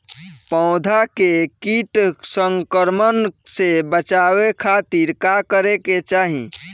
पौधा के कीट संक्रमण से बचावे खातिर का करे के चाहीं?